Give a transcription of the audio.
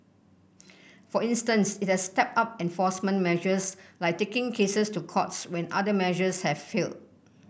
for instance it has stepped up enforcement measures like taking cases to courts when other measures have failed